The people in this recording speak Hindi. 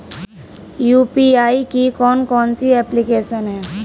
यू.पी.आई की कौन कौन सी एप्लिकेशन हैं?